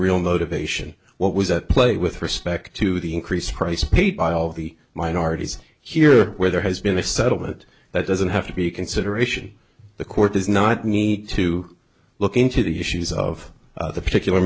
real motivation what was at play with respect to the increased price paid by all the minorities here where there has been a settlement that doesn't have to be a consideration the court does not need to look into the issues of the particular